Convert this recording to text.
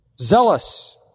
zealous